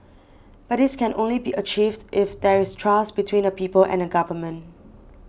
but this can only be achieved if there is trust between the people and a government